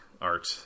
art